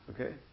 Okay